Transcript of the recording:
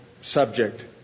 subject